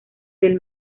del